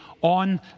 on